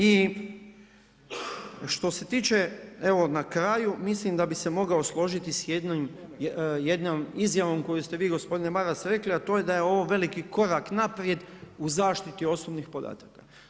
I što se tiče evo na kraju, mislim da bi se mogao složiti s jednom izjavom koju ste vi gospodine Maras rekli, a to je da je ovo veliki korak naprijed u zaštiti osobnih podataka.